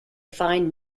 fine